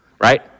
right